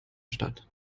stadt